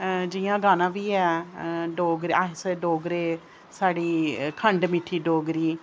जि'यां गाना बी ऐ अस डोगरे साढ़ी खंड मिट्ठी डोगरी